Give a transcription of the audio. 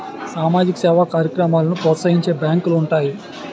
సామాజిక సేవా కార్యక్రమాలను ప్రోత్సహించే బ్యాంకులు ఉంటాయి